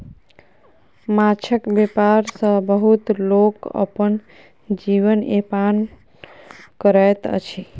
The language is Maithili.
माँछक व्यापार सॅ बहुत लोक अपन जीवन यापन करैत अछि